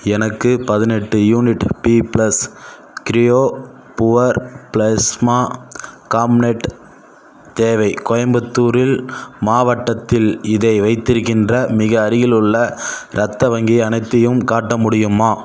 எனக்கு பதினெட்டு unit B plus cryo poor plasma component தேவை கோயம்புத்தூரில் மாவட்டத்தில் இதை வைத்திருக்கின்ற மிக அருகிலுள்ள ரத்த வங்கி அனைத்தையும் காட்ட முடியுமா